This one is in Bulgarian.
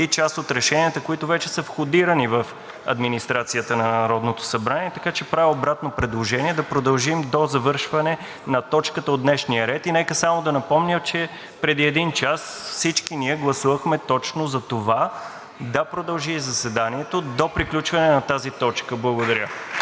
част от решенията, които вече са входирани в администрацията на Народното събрание, така че правя обратно предложение – да продължим до завършване на точката от днешния дневен ред. И нека само да напомня, че преди един час всички ние гласувахме точно за това – да продължи заседанието до приключване на тази точка. Благодаря.